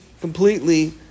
completely